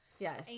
Yes